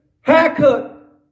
haircut